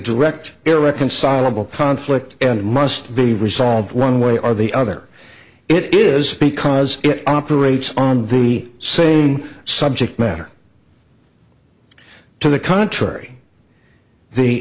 direct irreconcilable conflict and must be resolved one way or the other it is because it operates on the same subject matter to the contrary the